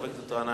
חבר הכנסת גנאים,